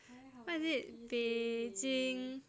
还好我提醒妳